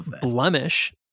blemish